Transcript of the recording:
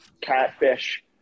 catfish